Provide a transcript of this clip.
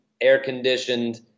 air-conditioned